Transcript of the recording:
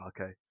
okay